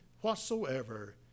whatsoever